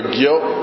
guilt